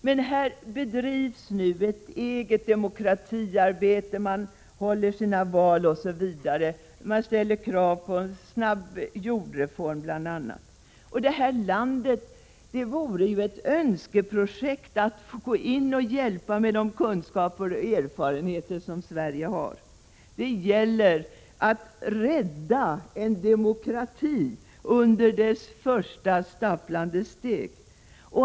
Men här bedrivs nu ett eget demokratiarbete. Man håller sina val, ställer krav på en snabb jordreform osv. Det vore ett önskeprojekt att få gå in i det här landet och hjälpa med de kunskaper och erfarenheter som Sverige har. Det gäller att rädda en demokrati under dess första stapplande steg.